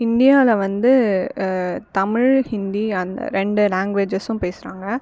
இந்தியாவில் வந்து தமிழ் இந்தி அந்த ரெண்டு லாங்குவேஜஸும் பேசுகிறாங்க